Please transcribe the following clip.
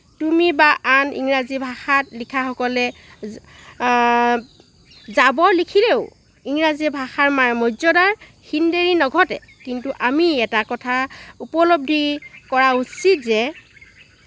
তুমি বা আন ইংৰাজী ভাষাত লিখাসকলে জাবৰ লিখিলেও ইংৰাজী ভাষাৰ মৰ্যদাৰ হীন ডেঢ়ি নঘটে কিন্তু আমি এটা কথা উপলব্ধি কৰা উচিত যে